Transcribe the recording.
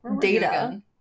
data